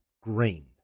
green